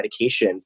medications